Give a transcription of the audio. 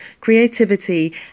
creativity